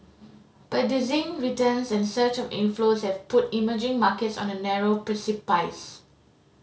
but dizzying returns and a surge of inflows have put emerging markets on a narrow precipice